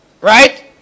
Right